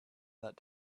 that